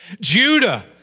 Judah